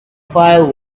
file